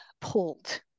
pulled